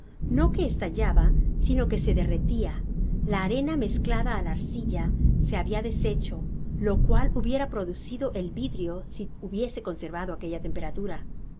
no que estallaba sino que se derretia la arena mezclada á la arcilla se habia desecho lo cual hubiera producido el vidrio si hubiese conser vado aquella temperatura